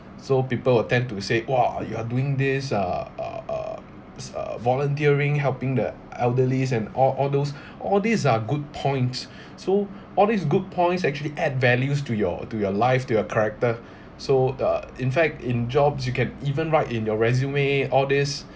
so people will tend to say !wah! you are doing this uh uh uh s~ uh volunteering helping the elderlies and all all those all these are good points so all these good points actually add values to your to your life to character so ugh in fact in jobs you can even write in your resume all these